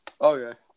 Okay